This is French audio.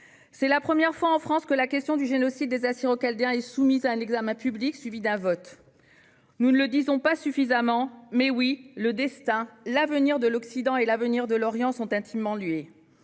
Pour la première fois en France, la question du génocide des Assyro-Chaldéens fait l'objet d'un débat public, suivi d'un vote. Nous ne le disons pas suffisamment, mais oui, le destin de l'Occident et l'avenir de l'Orient sont intimement liés.